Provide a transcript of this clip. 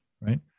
right